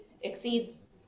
exceeds